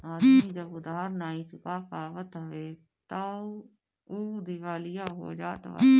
आदमी जब उधार नाइ चुका पावत हवे तअ उ दिवालिया हो जात बाटे